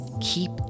keep